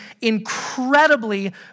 incredibly